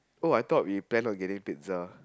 Oh I thought we plan on getting pizza